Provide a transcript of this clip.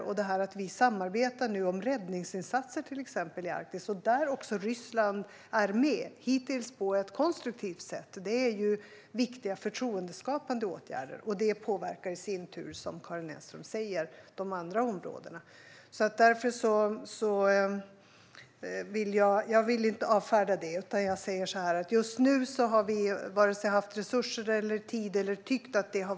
Samarbetet om exempelvis räddningsinsatser i Arktis - där även Ryssland är med, hittills på ett konstruktivt sätt - utgör viktiga förtroendeskapande åtgärder. Detta påverkar i sin tur, som Karin Enström säger, de andra områdena. Jag vill därför inte avfärda detta. Just nu har vi varken haft resurser eller tid.